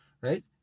right